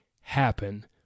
happen